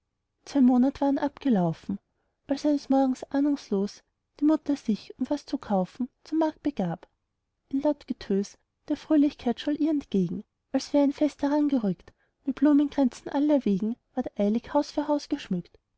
zwei monat waren abgelaufen als eines morgens ahnungslos die mutter sich um was zu kaufen zum markt begab ein laut getos der fröhlichkeit scholl ihr entgegen als wär ein fest herangerückt mit blumenkränzen allerwegen ward eilig haus für haus geschmückt